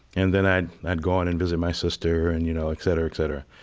and then i'd i'd go on and visit my sister, and you know, etc, etc.